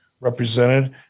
represented